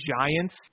Giants